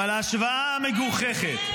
אבל ההשוואה המגוחכת,